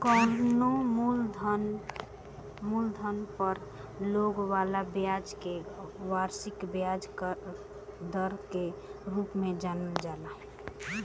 कवनो मूलधन पर लागे वाला ब्याज के वार्षिक ब्याज दर के रूप में जानल जाला